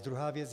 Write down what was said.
Druhá věc.